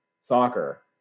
soccer